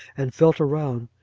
and felt around,